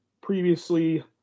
previously